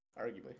Arguably